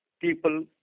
people